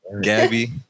Gabby